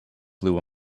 blue